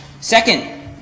Second